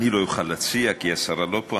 אני לא אוכל להציע כי השרה לא פה,